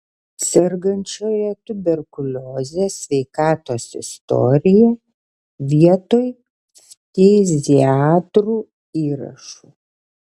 sergančiojo tuberkulioze sveikatos istoriją vietoj ftiziatrų įrašų